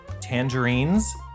tangerines